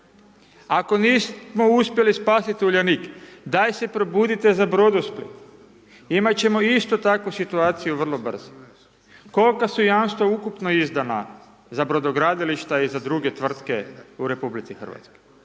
Ako nismo uspjeli spasiti Uljanik, daj se probudite za Brodosplit, imat ćemo istu takvu situacije vrlo brzo. Kol'ka su jamstva ukupno izdana za brodogradilišta i za druge tvrtke u Republici Hrvatskoj?